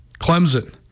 Clemson